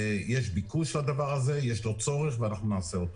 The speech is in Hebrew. יש ביקוש וצורך לזה, ואנחנו נעשה אותו.